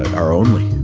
our only.